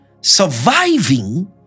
surviving